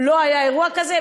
לא היה אירוע כזה,